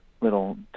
little